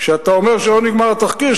כשאתה אומר שלא נגמר התחקיר,